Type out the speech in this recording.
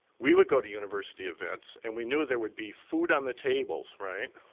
we would go to university events and we knew there would be food on the tables, right?